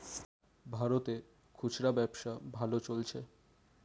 ভারতে খুচরা ব্যবসা ভালো চলছে